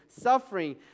suffering